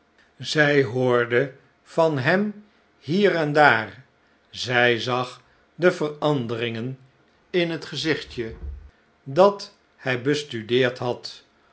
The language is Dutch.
zij hoorde van hem hier en daar zij zag de veranderingen in het gezichtje dat hij bestudeerd had